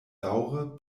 daŭre